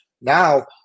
now